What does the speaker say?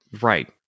Right